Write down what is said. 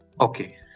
okay